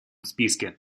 списке